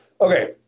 Okay